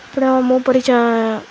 ଆପଣ ମୋ ପରିଚାଳନା